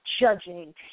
judging